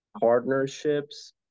partnerships